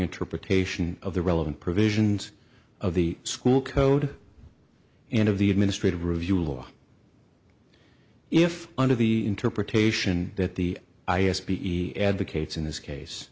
interpretation of the relevant provisions of the school code and of the administrative review law if under the interpretation that the i s b e advocates in this case